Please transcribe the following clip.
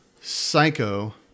Psycho